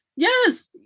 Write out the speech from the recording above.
Yes